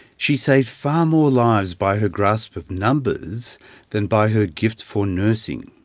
she saved far more lives by her grasp of numbers than by her gift for nursing.